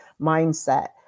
mindset